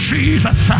Jesus